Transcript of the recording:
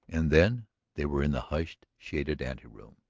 and then they were in the hushed, shaded anteroom.